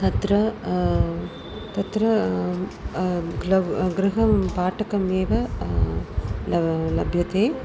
तत्र तत्र ग्लव् गृहं भाटकम् एव लव् लभ्यते